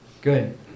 good